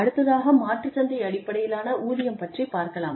அடுத்ததாக மாற்றுச் சந்தை அடிப்படையிலான ஊதியம் பற்றிப் பார்க்கலாம்